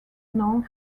known